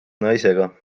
naisega